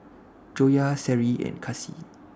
Joyah Seri and Kasih